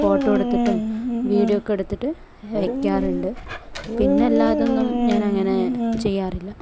photo എടുത്തിട്ടും വീഡിയോയൊക്കെ എടുത്തിട്ട് അയക്കാറുണ്ട് പിന്നല്ലാതെ ഒന്നും ഞാൻ അങ്ങനെ ചെയ്യാറില്ല